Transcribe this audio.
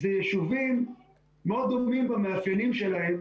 אלה יישובים מאוד דומים במאפיינים שלהם,